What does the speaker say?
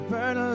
Burn